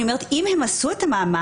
אני אומרת שאם הם עשו את המאמץ,